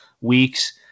weeks